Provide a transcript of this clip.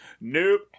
Nope